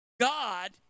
God